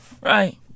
Right